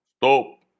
Stop